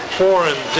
foreign